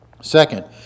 Second